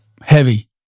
heavy